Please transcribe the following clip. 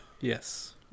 yes